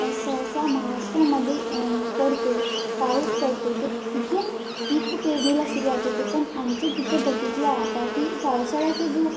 सहसा महाराष्ट्रामध्ये पडतो पाऊस पडतो तर तिथून पीक पेरणीला सुरुवात होते पण आमच्या तिथे बघितलं आता की पावसाळ्याचा जो